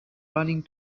running